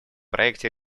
проекте